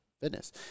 fitness